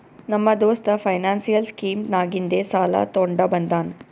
ನಮ್ಮ ದೋಸ್ತ financial scheme ನಾಗಿಂದೆ ಸಾಲ ತೊಂಡ ಬಂದಾನ್